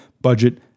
budget